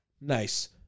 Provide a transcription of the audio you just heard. nice